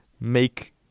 Make